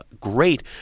great